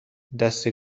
دسته